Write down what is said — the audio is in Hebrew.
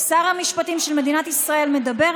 שר המשפטים של מדינת ישראל מדבר.